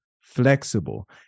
flexible